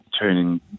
turning